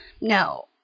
No